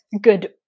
good